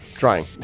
trying